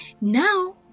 Now